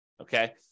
okay